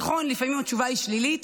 נכון, לפעמים התשובה היא שלילית